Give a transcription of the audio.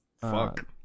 Fuck